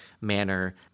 manner